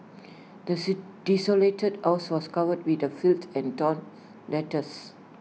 this desolated house was covered with the filth and torn letters